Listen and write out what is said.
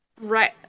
Right